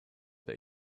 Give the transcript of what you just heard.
that